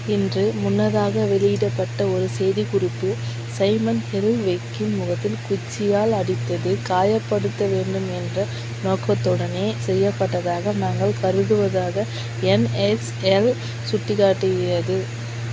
இன்று முன்னதாக வெளியிடப்பட்ட ஒரு செய்திக்குறிப்பில் சைமன் ஹோல்வெக்கின் முகத்தில் குச்சியால் அடித்தது காயப்படுத்த வேண்டும் என்ற நோக்கத்துடனே செய்யப்பட்டதாக நாங்கள் கருதுவதாக என்ஹெச்எல் சுட்டிக்காட்டியது